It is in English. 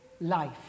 life